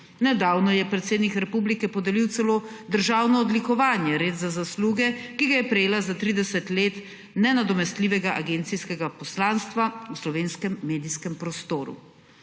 Nedavno je predsednik republike podelil celo državno odlikovanje, red za zasluge, ki ga je prejela za 30. let nenadomestljivega agencijskega poslanstva v slovenskem medijskem prostoru.